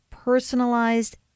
personalized